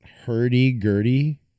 Hurdy-gurdy